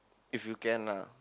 if you can lah